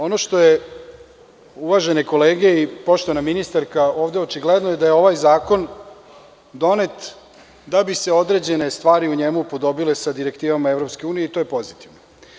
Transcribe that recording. Ono što je ovde očigledno, uvažene kolege i poštovana ministarko, jeste da je ovaj zakon donet da bi se određene stvari u njemu upodobile sa direktivama EU i to je pozitivno.